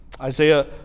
Isaiah